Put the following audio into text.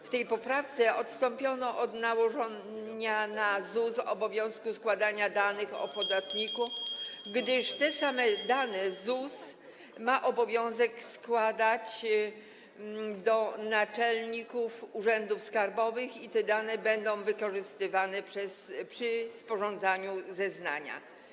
W tej poprawce odstąpiono od nałożenia na ZUS obowiązku przekazywania danych [[Gwar na sali, dzwonek]] o podatniku, gdyż te same dane ZUS ma obowiązek przekazywać do naczelników urzędów skarbowych i te dane będą wykorzystywane przy sporządzaniu zeznania.